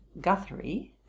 Guthrie